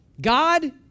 God